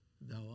Thou